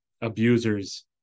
abusers